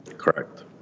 correct